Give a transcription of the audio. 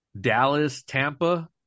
Dallas-Tampa